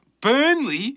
Burnley